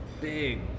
big